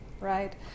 right